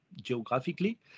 geographically